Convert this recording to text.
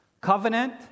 covenant